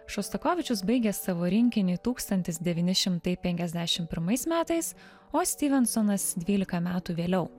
šostakovičius baigė savo rinkinį tūkstantis devyni šimtai penkiasdešim pirmais metais o styvensonas dvylika metų vėliau